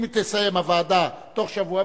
אם תסיים הוועדה תוך שבוע,